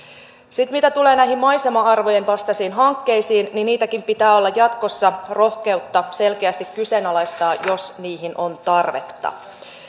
mitä tulee näihin maisema arvojen vastaisiin hankkeisiin niin niitäkin pitää olla jatkossa rohkeutta selkeästi kyseenalaistaa jos siihen on tarvetta